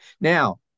Now